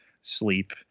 sleep